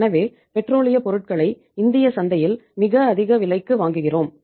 எனவே பெட்ரோலிய பொருட்களை இந்திய சந்தையில் மிக அதிக விலைக்கு வாங்குகிறோம்